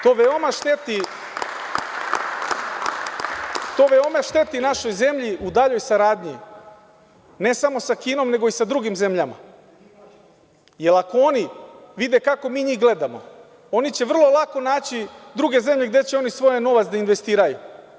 To veoma šteti našoj zemlji u daljoj saradnji, ne samo sa Kinom, nego i sa drugim zemljama, jer ako oni vide kako mi njih gledamo, oni će vrlo lako naći druge zemlje gde će oni svoj novac da investiraju.